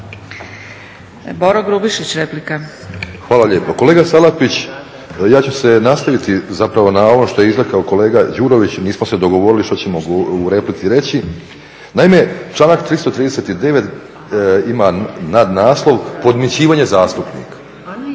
Boro (HDSSB)** Hvala lijepo. Kolega Salapić ja ću se nastaviti zapravo na ono što je izrekao kolega Đurović, nismo se dogovorili što ćemo u replici reći. Naime, članak 339. ima nadnaslov podmićivanje zastupnika.